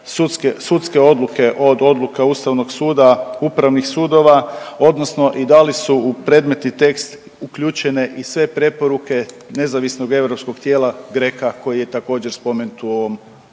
sudske odluke od odluka Ustavnog suda, upravnih sudova odnosno i da li su u predmetni tekst uključene i sve preporuke nezavisnog europskog tijela GRECO-a koji je također, spomenut u ovom